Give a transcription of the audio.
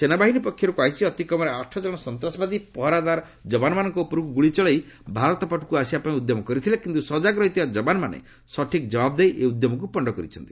ସେନାବାହିନୀ ପକ୍ଷରୁ କୁହାଯାଇଛି ଅତିକମ୍ରେ ଆଠ ଜଣ ସନ୍ତାସବାଦୀ ପହରାଦାର ଯବାନମାନଙ୍କ ଉପରକୁ ଗୁଳି ଚଳାଇ ଭାରତପଟକୁ ଆସିବା ପାଇଁ ଉଦ୍ୟମ କରିଥିଲେ କିନ୍ତୁ ସଜାଗ ରହିଥିବା ଯବାନମାନେ ସଠିକ୍ ଜବାବ ଦେଇ ଏ ଉଦ୍ୟମକୁ ପଶ୍ଚ କରିଛନ୍ତି